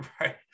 right